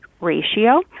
ratio